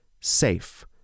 SAFE